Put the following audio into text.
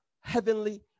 heavenly